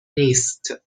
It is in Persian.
نیست